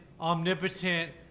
omnipotent